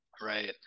Right